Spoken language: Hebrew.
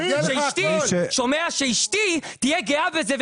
כדי שאשתי תהיה גאה בזה,